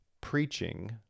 preaching